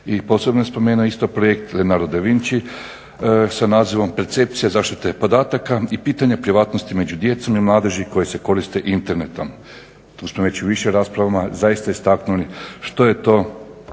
I posebno bih spomenuo isto projekt Leonardo Da Vinci sa nazivom Percepcija zaštite podataka i pitanje privatnosti među djecom i mladeži koje se koriste internetom. To smo već u više rasprava zaista istaknuli što je to